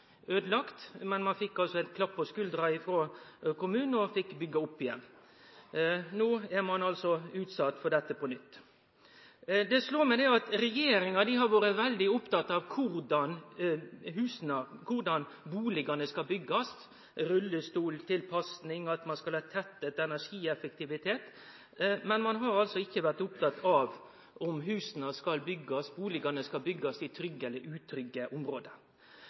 men dei fekk altså ein klapp på skuldra frå kommunen og fekk byggje opp igjen. No er ein altså utsett for dette på nytt. Det slår meg at regjeringa har vore veldig opptatt av korleis husa, bustadene, skal byggjast – rullestoltilpassing, at ein skal ha tettheit, energieffektivitet – men ein har altså ikkje vore opptatt av om husa, bustadene, skal byggjast i trygge eller utrygge område.